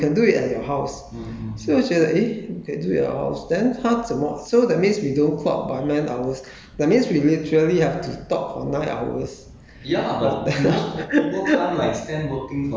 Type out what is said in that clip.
but 我要我问他是不是有一个给我们去然后 no you can do it at your house so 我就觉得 eh can do it at your house then 他怎么 so that means we don't clock by nine hours that means we literally have to talk for nine hours